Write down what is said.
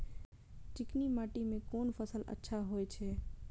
चिकनी माटी में कोन फसल अच्छा होय छे?